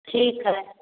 ठीक हइ